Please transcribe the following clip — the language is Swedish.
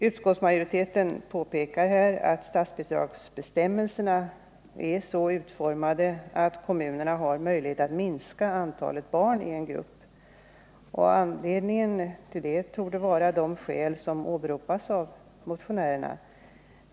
Utskottsmajoriteten påpekar att statsbidragsbestämmelserna är så utformade att kommunerna har möjlighet att minska antalet barn i en grupp. Anledningen till det torde vara de skäl som åberopas av motionärerna.